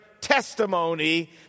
testimony